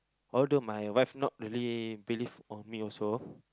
although my wife not really believe of me also